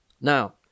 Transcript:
Now